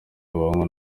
y’abahungu